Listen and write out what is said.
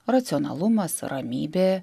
racionalumas ramybė